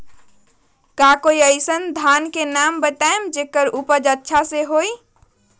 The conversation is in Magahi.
का कोई अइसन धान के नाम बताएब जेकर उपज अच्छा से होय?